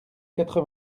quatre